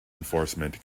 enforcement